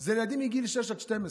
זה ילדים בגילי 6 12,